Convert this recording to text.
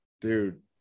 dude